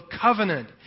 covenant